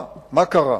מה קרה?